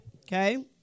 Okay